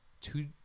two